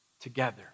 together